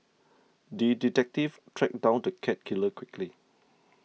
the detective tracked down the cat killer quickly